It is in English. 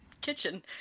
kitchen